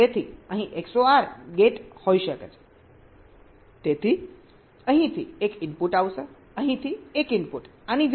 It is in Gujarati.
તેથી અહીં XOR ગેટ હોઈ શકે છે તેથી અહીંથી એક ઇનપુટ આવશે અહીંથી એક ઇનપુટ આની જેમ